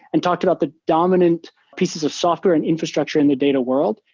and talked about the dominant pieces of software and infrastructure in the data world,